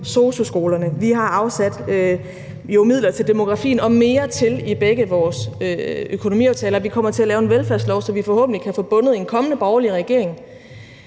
sosu-skolerne. Vi har afsat midler til demografien og mere til i begge vores økonomiaftaler. Vi kommer til at lave en velfærdslov, så vi forhåbentlig kan få bundet en kommende borgerlig regering